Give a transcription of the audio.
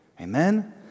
Amen